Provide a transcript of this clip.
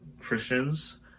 Christians